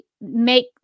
make